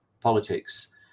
politics